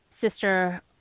Sister